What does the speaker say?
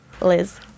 Liz